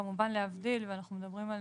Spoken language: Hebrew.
כמובן להבדיל ואנחנו מדברים על